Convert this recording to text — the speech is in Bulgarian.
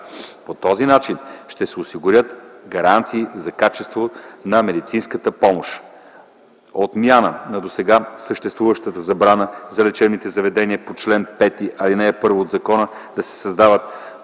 По този начин ще се осигурят гаранции за качеството на медицинската помощ. - Отмяна на досега съществуващата забрана за лечебните заведения по чл. 5, ал. 1 от закона да се създават